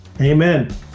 Amen